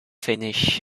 finish